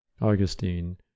Augustine